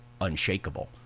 unshakable